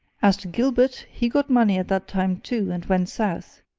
as to gilbert, he got money at that time, too, and went south,